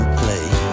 play